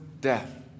death